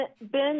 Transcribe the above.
Ben